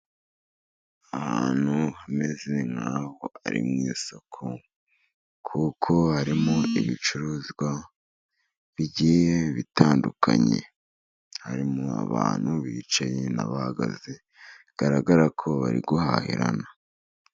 Ahantu hameze nkaho ari mu isoko kuko harimo ibicuruzwa bigiye bitandukanye, harimo abantu bicaye n'abahagaze, bigaragara ko bari guhahirana.